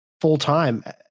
full-time